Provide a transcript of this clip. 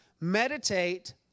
meditate